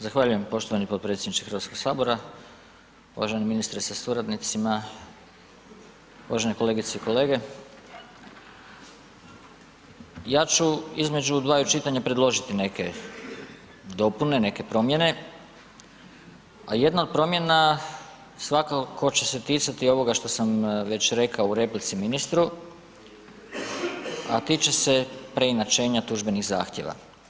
Zahvaljujem poštovani potpredsjedniče Hrvatskog sabora, uvaženi ministre sa suradnicima, uvažene kolegice i kolege, ja ću između dvaju čitanja predložiti neke dopune, neke promjene, a jedna od promjena svakako će se ticati ovoga što sam već rekao u replici ministru, a tiče se preinačenja tužbenih zahtjeva.